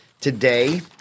today